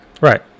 Right